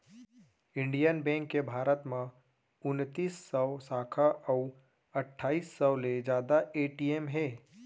Indian bank के भारत म उनतीस सव साखा अउ अट्ठाईस सव ले जादा ए.टी.एम हे